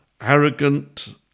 arrogant